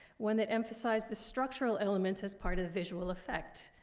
one that emphasized the structural elements as part of the visual effect,